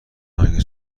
آنکه